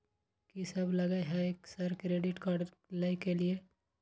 कि सब लगय हय सर क्रेडिट कार्ड लय के लिए?